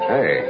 Hey